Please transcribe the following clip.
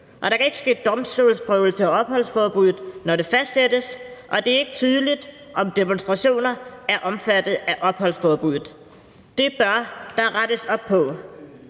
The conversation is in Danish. der kan ikke ske domstolsprøvelse af opholdsforbuddet, når det fastsættes, og det er ikke tydeligt, om demonstrationer er omfattet af opholdsforbuddet. Det bør der rettes op på.